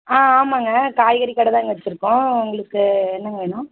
ஆ ஆமாம்ங்க காய்கறி கடைதாங்க வச்சுருக்கோம் உங்களுக்கு என்னங்க வேணும்